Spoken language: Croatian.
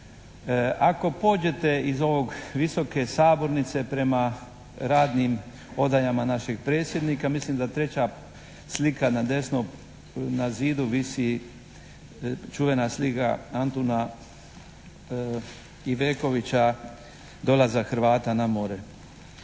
Ako pođete iz ove visoke sabornice prema radnim odajama našeg predsjednika mislim da treća slika na desno na zidu visi čuvena slika Antuna Ivekovića, dolazak Hrvata na more.